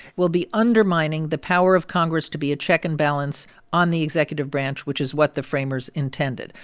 we'll be undermining the power of congress to be a check and balance on the executive branch, which is what the framers intended.